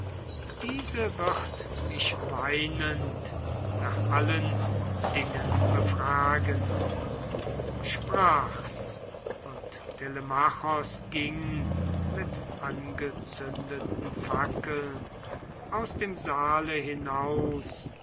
diese wird mich weinend nach allen dingen befragen sprach's und telemachos ging mit angezündeten fackeln aus dem saale hinaus